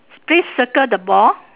please circle the ball